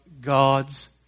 God's